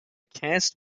cast